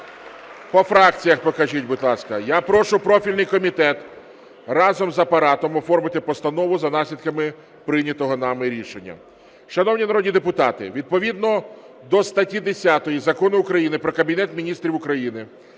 По фракціях покажіть, будь ласка. Я прошу профільний комітет разом з Апаратом оформити постанову за наслідками прийнятого нами рішення. Шановні народні депутати, відповідно до статті 10 Закону України "Про Кабінет Міністрів України",